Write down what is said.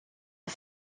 aux